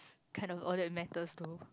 kind of all that matters though